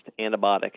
antibiotic